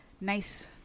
nice